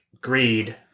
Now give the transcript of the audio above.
greed